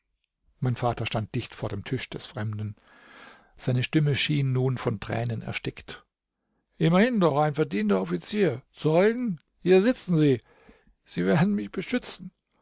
mein vater stand dicht vor dem tisch des fremden seine stimme schien nun von tränen erstickt immerhin doch ein verdienter offizier zeugen hier sitzen sie sie werden mich beschützen